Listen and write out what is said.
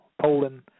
Poland